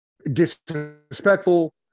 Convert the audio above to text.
disrespectful